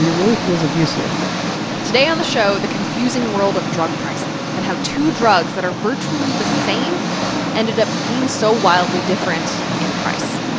really feels abusive today on the show, the confusing world of drug pricing and how two drugs that are virtually the same ended up being so wildly different in price